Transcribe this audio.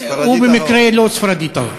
הוא במקרה לא ספרדי טהור,